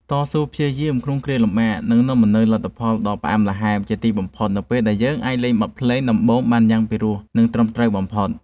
តស៊ូព្យាយាមក្នុងគ្រាលំបាកនឹងនាំមកនូវលទ្ធផលដ៏ផ្អែមល្ហែមជាទីបំផុតនៅពេលដែលយើងអាចលេងបទភ្លេងដំបូងបានយ៉ាងពីរោះ និងត្រឹមត្រូវបំផុត។